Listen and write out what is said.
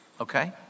okay